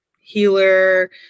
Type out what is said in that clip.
healer